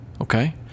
okay